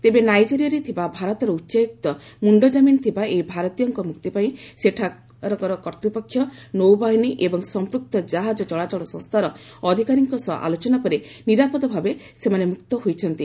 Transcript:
ତେବେ ନାଇଜେରିଆରେ ଥିବା ଭାରତର ଉଚ୍ଚାୟୁକ୍ତ ମୁଣ୍ଡକାମିନ ଥିବା ଏହି ଭାରତୀୟଙ୍କ ମୁକ୍ତି ପାଇଁ ସେଠା କର୍ତ୍ତୃପକ୍ଷ ନୌବାହିନୀ ଏବଂ ସଂପୃକ୍ତ ଜାହାଜ ଚଳାଚଳ ସଂସ୍ଥାର ଅଧିକାରୀଙ୍କ ସହ ଆଲୋଚନା ପରେ ନିରାପଦ ଭାବେ ସେମାନେ ମୁକ୍ତ ହୋଇଛନ୍ତି